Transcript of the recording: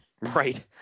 Right